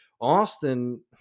Austin